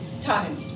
Time